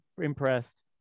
impressed